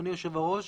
אדוני יושב הראש,